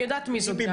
אני יודעת מי זאת גם.